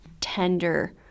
tender